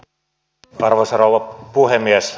arvoisa rouva puhemies